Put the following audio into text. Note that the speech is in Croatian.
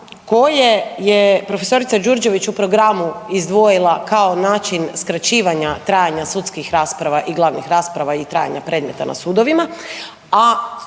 koje je prof. Đurđević u programu izdvojila kao način skraćivanja trajanja sudskih rasprava i glavnih rasprava i trajanja predmeta na sudovima,